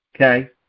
okay